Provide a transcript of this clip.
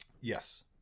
Yes